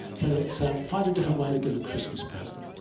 so so find a different way to give a christmas present,